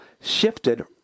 shifted